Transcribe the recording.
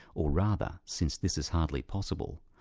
or rather, since this is hardly possible,